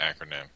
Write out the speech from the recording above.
acronym